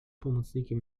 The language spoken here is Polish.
pomocnikiem